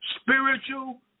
spiritual